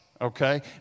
okay